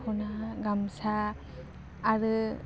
दख'ना गामसा आरो